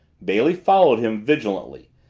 bailey followed him vigilantly,